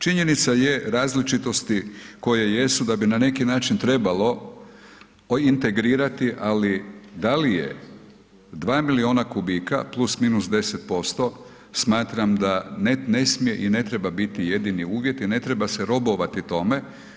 Činjenica je različitosti koje jesu da bi na neki način trebalo integrirati, ali da li je 2 milijuna kubika plus minus 10% smatram da ne smije i ne treba biti jedini uvjet i ne treba se robovati tome.